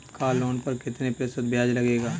Car loan पर कितने प्रतिशत ब्याज लगेगा?